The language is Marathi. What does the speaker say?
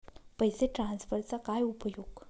पैसे ट्रान्सफरचा काय उपयोग?